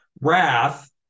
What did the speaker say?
Wrath